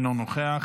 אינו נוכח,